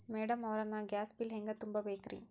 Madam ಅವ್ರ, ನಾ gas bill ಹೆಂಗ ತುಂಬಾ ಬೇಕ್ರಿ?